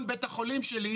החולים,